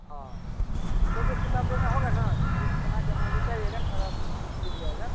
हाँ तो जो किताब लेना होगा ना लिस्ट बना कर अपना लेते आइएगा सारा बुक मिल जाएगा